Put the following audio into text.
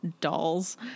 dolls